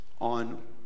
on